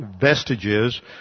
vestiges